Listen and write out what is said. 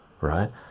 right